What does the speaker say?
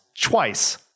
twice